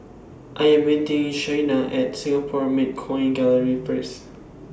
I Am meeting Shayna At Singapore Mint Coin Gallery First